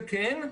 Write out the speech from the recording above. וכן,